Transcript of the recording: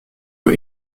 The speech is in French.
eux